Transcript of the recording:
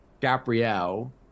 gabrielle